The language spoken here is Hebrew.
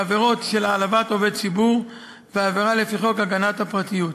בעבירה של העלבת עובד ציבור ובעבירה לפי חוק הגנת הפרטיות.